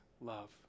love